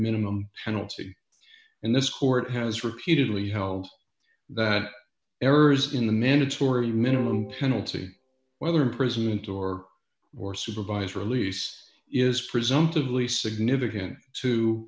minimum penalty in this court has repeatedly held that errors in the mandatory minimum penalty whether imprisonment or or supervised release is presumptively significant to